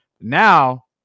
Now